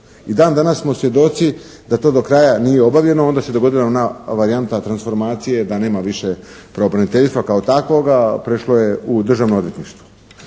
I dan danas smo svjedoci da to do kraja nije obavljeno, onda se dogodila ona varijanta transformacije da nema više pravobraniteljstva kao takvoga, prešlo je u Državno odvjetništvo.